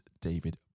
david